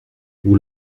vous